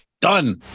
Done